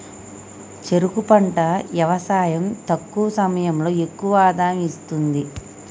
చెరుకు పంట యవసాయం తక్కువ సమయంలో ఎక్కువ ఆదాయం ఇస్తుంది